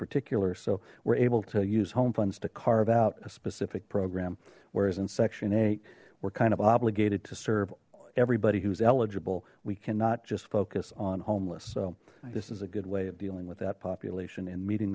particular so we're able to use home funds to carve out a specific program whereas in section eight we're kind of obligated to serve everybody who's eligible we cannot just focus on homeless so this is a good way of dealing with that population in meeting